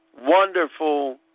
wonderful